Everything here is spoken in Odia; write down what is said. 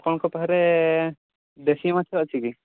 ଆପଣଙ୍କ ପାଖରେ ଦେଶୀ ମାଛ ଅଛି କି